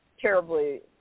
terribly